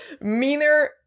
meaner